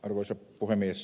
arvoisa puhemies